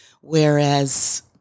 Whereas